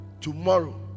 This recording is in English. tomorrow